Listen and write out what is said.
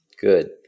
Good